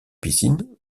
piscines